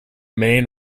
main